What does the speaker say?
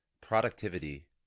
productivity